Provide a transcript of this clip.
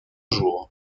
jour